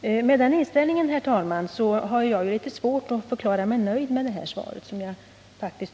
Med den inställningen, herr talman, har jag svårt att förklara mig nöjd med svaret, som jag